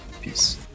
Peace